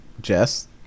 Jess